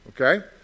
okay